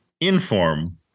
inform